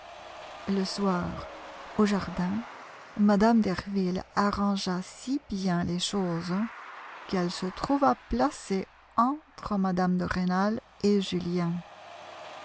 le soir au jardin mme derville arrangea si bien les choses qu'elle se trouva placée entre mme de rênal et julien